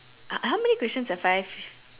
how how many questions have I